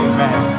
Amen